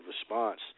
response